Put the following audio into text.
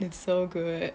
it's so good